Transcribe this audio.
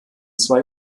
zwei